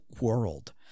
world